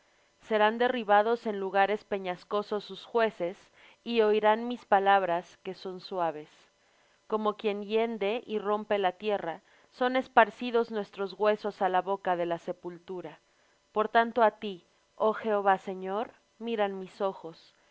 serán derribados en lugares peñascosos sus jueces y oirán mis palabras que son suaves como quien hiende y rompe la tierra son esparcidos nuestros huesos á la boca de la sepultura por tanto á ti oh jehová señor miran mis ojos